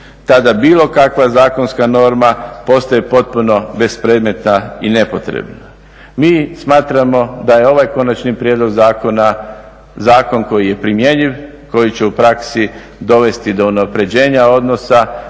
tada bilo kakva zakonska norma postaje potpuno bespredmetna i nepotrebna. Mi smatramo da je ovaj konačni prijedlog zakona zakon koji je primjenjiv, koji će u praksi dovesti do unapređenja odnosa,